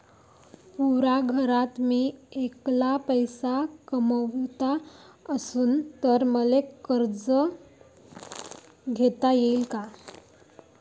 पुऱ्या घरात मी ऐकला पैसे कमवत असन तर मले कर्ज घेता येईन का?